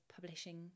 publishing